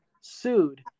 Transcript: sued